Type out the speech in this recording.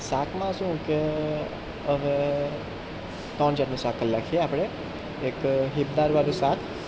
શાકમાં શું કે હવે ત્રણ જાતનું શાક કરી નાખીએ આપણે એક હિંગ દાળવાળું શાક